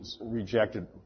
rejected